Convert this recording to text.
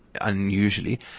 unusually